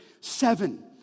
Seven